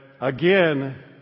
again